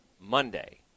Monday